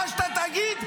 מה שאתה תגיד.